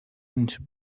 into